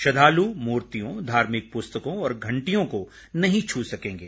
श्रद्दालु मूर्तियों धार्मिक पुस्तकों और घंटियों को नहीं छू सकेंगे